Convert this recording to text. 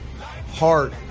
heart